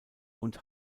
und